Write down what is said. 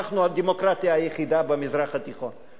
שאנחנו הדמוקרטיה היחידה במזרח התיכון,